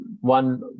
one